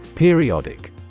Periodic